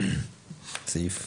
בסיכום.